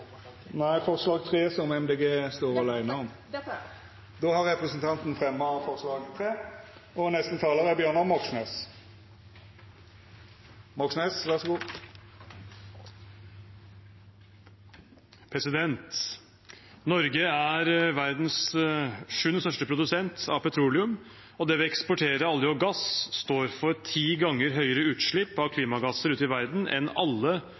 står alene om, forslag nr. 3. Då har representanten Une Bastholm fremja det forslaget ho viste til. Norge er verdens sjuende største produsent av petroleum, og det vi eksporterer av olje og gass, står for ti ganger høyere utslipp av klimagasser ute i verden enn alle